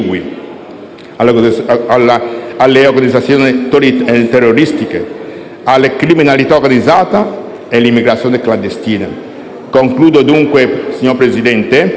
alle organizzazioni terroristiche, alla criminalità organizzata e all'immigrazione clandestina. Concludo dunque, signor Presidente,